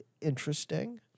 Interesting